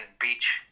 beach